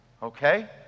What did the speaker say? Okay